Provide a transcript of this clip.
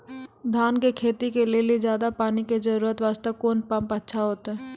धान के खेती के लेली ज्यादा पानी के जरूरत वास्ते कोंन पम्प अच्छा होइते?